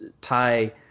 tie